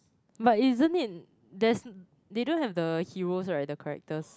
but isn't it there's they don't have the heroes right the characters